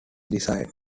desired